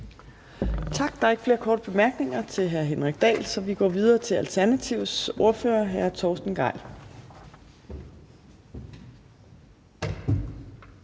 Tak. Der er ikke flere korte bemærkninger til hr. Henrik Dahl, så vi går videre til Alternativets ordfører, hr. Torsten Gejl.